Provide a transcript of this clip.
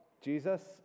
Jesus